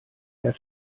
der